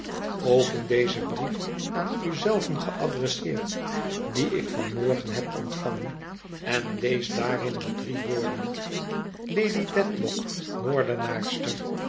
open dezen brief aan u zelven geadresseerd dien ik van morgen heb ontvangen en lees daarin de drie woorden lady dedlock moordenaarster